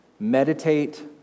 meditate